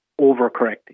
overcorrecting